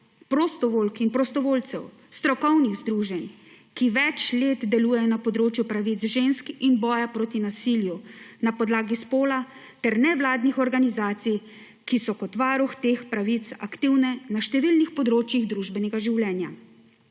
prostovoljk in prostovoljcev, strokovnih združenj, ki več let delujejo na področju pravic žensk in boja proti nasilju, na podlagi spola ter nevladnih organizacij, ki so kot varuh teh pravic aktivne na številnih področjih družbenega življenja.